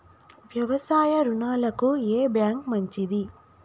వ్యవసాయ రుణాలకు ఏ బ్యాంక్ మంచిది?